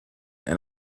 and